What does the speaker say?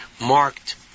marked